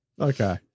Okay